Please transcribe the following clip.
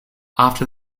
after